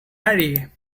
harry